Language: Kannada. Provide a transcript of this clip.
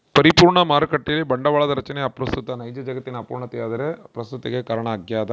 ಪರಿಪೂರ್ಣ ಮಾರುಕಟ್ಟೆಯಲ್ಲಿ ಬಂಡವಾಳದ ರಚನೆ ಅಪ್ರಸ್ತುತ ನೈಜ ಜಗತ್ತಿನ ಅಪೂರ್ಣತೆ ಅದರ ಪ್ರಸ್ತುತತಿಗೆ ಕಾರಣ ಆಗ್ಯದ